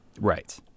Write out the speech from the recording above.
Right